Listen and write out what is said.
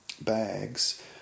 bags